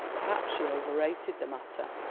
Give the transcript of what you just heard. perhaps she overrated the matter.